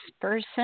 person